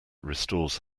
restores